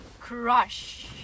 Crush